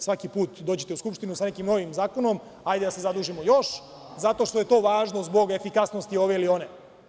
Svaki put dođete u Skupštinu sa neki novim zakonom, hajde da se zadužimo još, zato što je to važno zbog efikasnosti ove ili one.